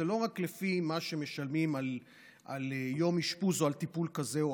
זה לא רק לפי מה שמשלמים על יום אשפוז או על טיפול כזה או